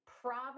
Proverbs